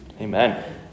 Amen